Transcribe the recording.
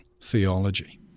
theology